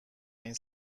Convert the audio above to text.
این